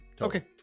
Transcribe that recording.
Okay